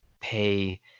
pay